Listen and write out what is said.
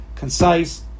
concise